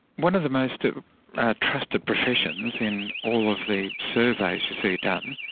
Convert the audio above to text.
one of the most ah ah trusted professions in all of the surveys you see done,